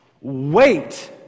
wait